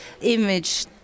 image